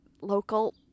local